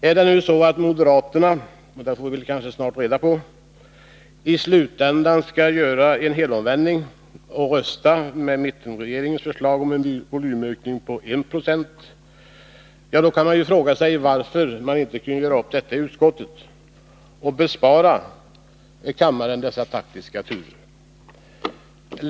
Är det nu så att moderaterna — det får vi kanske snart reda på — i slutändan skall göra en helomvändning och rösta för mittenregeringens förslag om en volymökning på 1 76, kan man ju fråga sig varför de inte kunde göra upp detta i utskottet och bespara kammaren dessa taktiska turer.